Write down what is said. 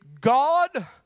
God